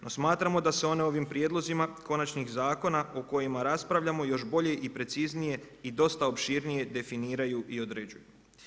No smatramo da se one ovim prijedlozima konačnih zakona o kojima raspravljamo još bolje i preciznije i dosta opširnije definiraju i određuju.